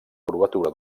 curvatura